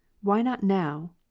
why not now?